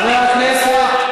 חבר הכנסת יונה.